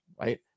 Right